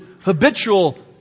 habitual